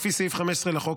לפי סעיף 15 לחוק,